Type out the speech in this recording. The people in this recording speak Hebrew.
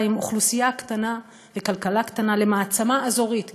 עם אוכלוסייה קטנה וכלכלה קטנה למעצמה אזורית,